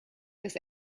this